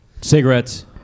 cigarettes